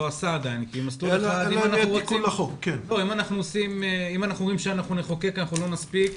אם אנחנו אומרים שאנחנו נחוקק, לא נספיק.